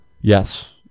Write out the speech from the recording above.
yes